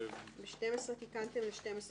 ב-(12) תיקנתם ל-12 שעות.